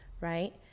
right